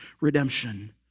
redemption